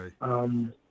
right